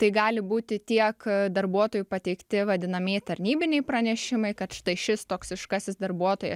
tai gali būti tiek darbuotojų pateikti vadinamieji tarnybiniai pranešimai kad štai šis toksiškasis darbuotojas